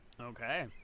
Okay